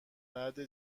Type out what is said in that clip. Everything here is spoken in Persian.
بعد